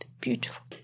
Beautiful